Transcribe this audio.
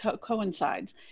coincides